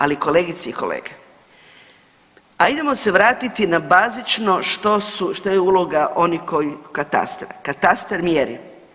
Ali kolegice i kolege ajdemo se vratiti na bazično što su, što je uloga onih koji, katastra, katastar mjeri.